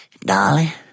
Dolly